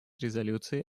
резолюции